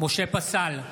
משה פסל,